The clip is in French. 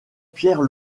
pierre